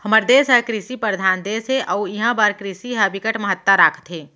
हमर देस ह कृषि परधान देस हे अउ इहां बर कृषि ह बिकट महत्ता राखथे